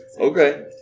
Okay